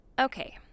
Okay